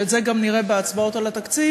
ואת זה גם נראה בהצבעות על התקציב,